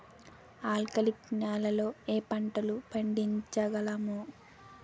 ఆల్కాలిక్ నెలలో ఏ పంటలు పండించగలము?